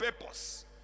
purpose